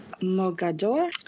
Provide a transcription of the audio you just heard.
mogador